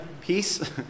peace